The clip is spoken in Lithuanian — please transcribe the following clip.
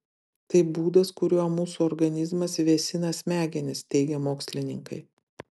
tai būdas kuriuo mūsų organizmas vėsina smegenis teigia mokslininkai